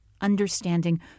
understanding